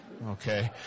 Okay